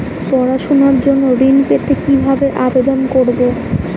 পড়াশুনা জন্য ঋণ পেতে কিভাবে আবেদন করব?